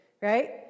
right